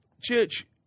church